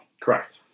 Correct